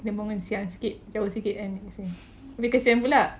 dia bangun siang sikit jauh sikit kat sini tapi kesian pula